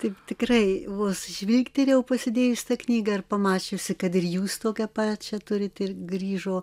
taip tikrai vos žvilgterėjau pasidėjus knygą ir pamačiusi kad ir jūs tokią pačią turit ir grįžo